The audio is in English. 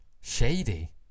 Shady